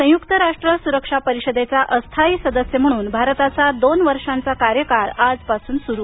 संयुक्त राष्ट्र सुरक्षा परिषदेचा अस्थायी सदस्य म्हणून भारताचा दोन वर्षांचा कार्यकाळ आजपासून सुरू